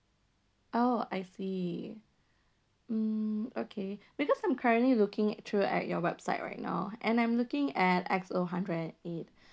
oh I see okay hmm okay because I'm currently looking actually at your website right now and I'm looking at X_O hundred and eight